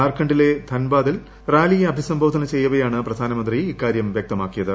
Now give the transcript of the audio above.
ജാർഖണ്ഡിലെ ധൻബാദിൽ റാലിയെ അഭിസംബോധന ചെയ്യവെയാണ് പ്രധാനമന്ത്രി ഇക്കാര്യം വ്യക്തമാക്കിയത്